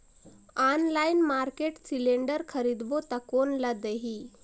Online market cylinder खरीदबो ता कोन ला देही?